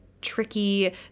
tricky